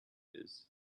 ears